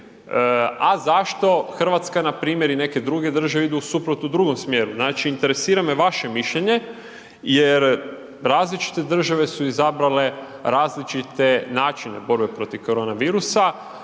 a zašto Hrvatska na primjer i neke druge države idu u drugom smjeru? Znači interesira me vaše mišljenje jer različite države su izabrale različite načine borbe protiv korona virusa.